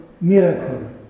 miracle